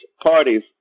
parties